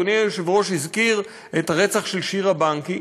אדוני היושב-ראש הזכיר את רצח שירה בנקי,